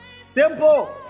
Simple